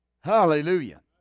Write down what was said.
Hallelujah